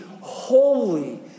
holy